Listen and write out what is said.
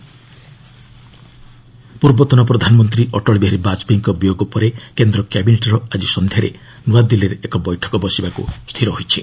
cabinet Vajpayee death ପୂର୍ବତନ ପ୍ରଧାନମନ୍ତ୍ରୀ ଅଟଳବିହାରୀ ବାଜପେୟୀଙ୍କ ବିୟୋଗ ପରେ କେନ୍ଦ୍ର କ୍ୟାବିନେଟ୍ର ଆଜି ସନ୍ଧ୍ୟାରେ ନ୍ତଆଦିଲ୍ଲୀରେ ଏକ ବୈଠକ ବସିବାକୁ ସ୍ଥିର ହୋଇଛି